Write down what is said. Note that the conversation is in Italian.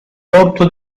porto